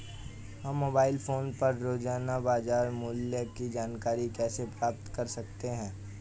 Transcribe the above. हम mobile phone पर रोजाना बाजार मूल्य की जानकारी कैसे प्राप्त कर सकते हैं?